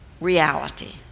reality